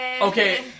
Okay